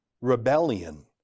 rebellion